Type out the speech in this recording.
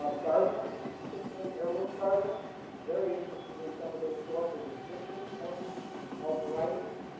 um gardeners, particularly heirloom gardeners very interested in some of the historical descriptions of of varieties.